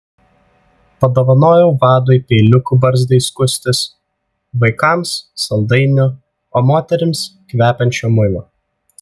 padovanojau vadui peiliukų barzdai skustis vaikams saldainių o moterims kvepiančio muilo